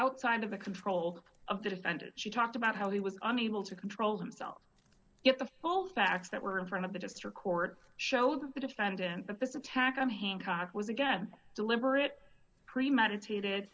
outside of the control of the defendant she talked about how he was unable to control himself yet the full facts that were in front of the district court showed the defendant of this attack on hancock was again deliberate premeditated